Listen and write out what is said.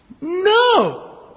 No